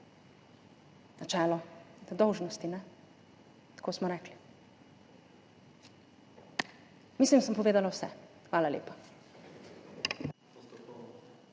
načelo nedolžnosti, ali ne? Tako smo rekli. Mislim, da sem povedala vse. Hvala lepa.